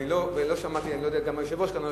אני לא שמעתי, אני לא יודע כמה היושב-ראש שמע.